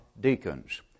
deacons